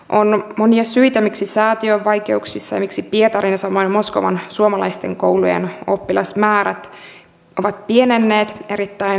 on monia syitä miksi säätiö on vaikeuksissa ja miksi pietarin ja samoin moskovan suomalaisten koulujen oppilasmäärät ovat pienentyneet erittäin dramaattisesti